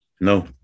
No